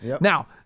Now